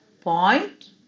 Point